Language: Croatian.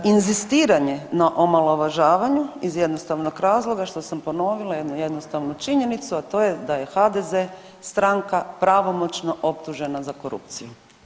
Inzistiranje na omalovažavanju iz jednostavnog razloga što sam ponovila jednu jednostavnu činjenicu, a to je da je HDZ stranka pravomoćno optužena za korupciju.